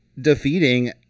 defeating